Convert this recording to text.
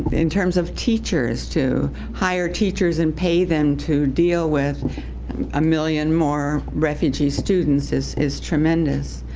in terms of teachers, to hire teachers and pay them to deal with a million more refugee students is is tremendous.